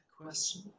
question